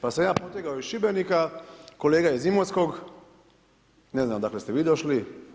Pa sam ja potegao iz Šibenika, kolega iz Imotskog, ne znam odakle ste vi došli.